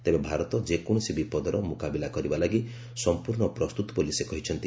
ତେବେ ଭାରତ ଯେକୌଣସି ବିପଦର ମୁକାବିଲା କରିବା ଲାଗି ସମ୍ପୂର୍ଣ୍ଣ ପ୍ରସ୍ତୁତ ବୋଲି ସେ କହିଛନ୍ତି